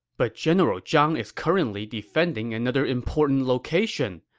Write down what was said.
but general zhang is currently defending another important location,